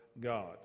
god